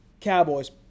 Cowboys